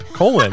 colon